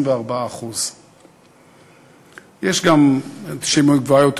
24%. יש גם אנטישמיות גבוהה יותר,